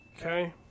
Okay